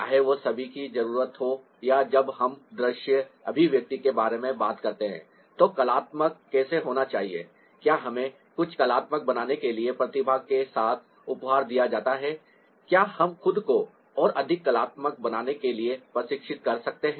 चाहे वह सभी की जरूरत हो या जब हम दृश्य अभिव्यक्ति के बारे में बात करते हैं तो कलात्मक कैसे होना चाहिए क्या हमें कुछ कलात्मक बनाने के लिए प्रतिभा के साथ उपहार दिया जाता है क्या हम खुद को और अधिक कलात्मक बनने के लिए प्रशिक्षित कर सकते हैं